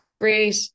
great